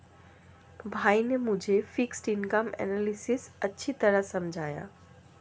भाई ने मुझे फिक्स्ड इनकम एनालिसिस अच्छी तरह समझाया